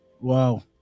wow